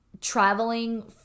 traveling